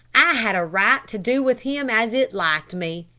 i had a right to do with him as it liked me.